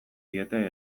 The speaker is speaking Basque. diete